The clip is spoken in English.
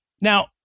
Now